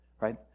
right